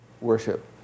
worship